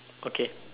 okay